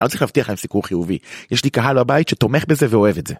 אני לא צריך להבטיח להם סיקור חיובי, יש לי קהל הבית שתומך בזה ואוהב את זה.